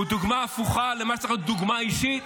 הוא דוגמה הפוכה למה שצריך להיות דוגמה אישית.